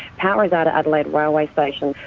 power is out at adelaide railway station.